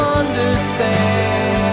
understand